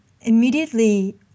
immediately